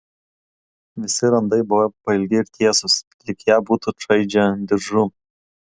visi randai buvo pailgi ir tiesūs lyg ją būtų čaižę diržu